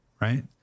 Right